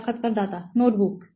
সাক্ষাৎকারদাতা নোটবুক